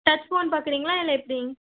touch phone பார்க்கறீங்ளா இல்லை எப்படி